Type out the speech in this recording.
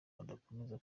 adakomeza